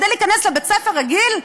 כדי להיכנס לבית-ספר רגיל?